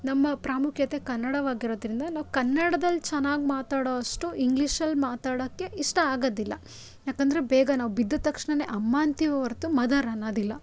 ನಮ್ಮ ಪ್ರಾಮುಖ್ಯತೆ ಕನ್ನಡವಾಗಿರೋದರಿಂದ ನಾವು ಕನ್ನಡದಲ್ಲಿ ಚೆನ್ನಾಗಿ ಮಾತಾಡೋ ಅಷ್ಟು ಇಂಗ್ಲಿಷಲ್ಲಿ ಮಾತಾಡೋಕ್ಕೆ ಇಷ್ಟ ಆಗೋದಿಲ್ಲ ಯಾಕಂದರೆ ಬೇಗ ನಾವು ಬಿದ್ದ ತಕ್ಷಣನೆ ಅಮ್ಮ ಅಂತೀವೇ ಹೊರ್ತು ಮದರ್ ಅನ್ನೋದಿಲ್ಲ